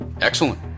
Excellent